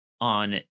on